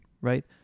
right